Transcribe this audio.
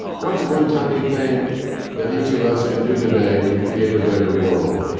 what's one tiny thing that each of us can do today to create a better world?